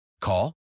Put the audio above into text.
Call